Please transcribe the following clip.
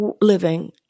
living